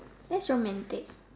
that's romantic